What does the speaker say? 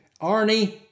Arnie